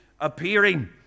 appearing